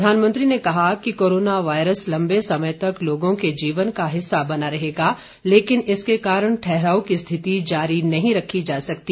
प्रधानमंत्री ने कहा कि कोरोना वायरस लंबे समय तक लोगों के जीवन का हिस्सा बना रहेगा लेकिन इसके कारण ठहराव की स्थिति जारी नहीं रखी जा सकती